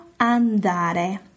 andare